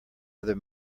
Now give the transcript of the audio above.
other